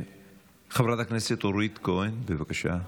חברת הכנסת אורית הכהן, בבקשה.